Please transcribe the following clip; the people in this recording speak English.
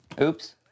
Oops